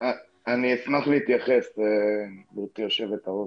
--- אני אשמח להתייחס, גברתי יושבת הראש.